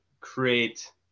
create